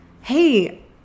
Hey